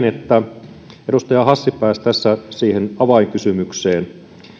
että edustaja hassi pääsi tässä siihen avainkysymykseen